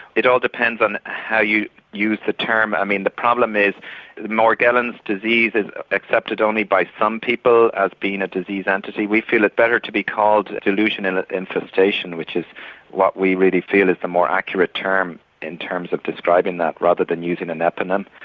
it all depends on how you use the term. i mean the problem is morgellons disease is accepted only by some people as being a disease entity. we feel it better to be called delusion infestation which is what we really feel is the more accurate term in terms of describing that rather than using an eponym,